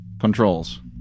controls